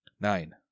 Nine